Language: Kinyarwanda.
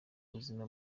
ubuzima